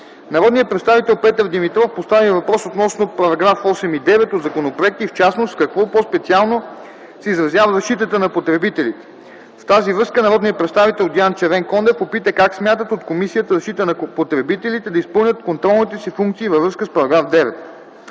Народният представител Петър Димитров постави въпрос относно § 8 и 9 от законопроекта и в частност – в какво по-специално се изразява защитата на потребителите. В тази връзка народният представител Диан Червенкондев попита: как смятат от Комисията за защита на потребителите да изпълняват контролните си функции във връзка с § 9?